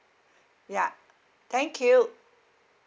ya thank you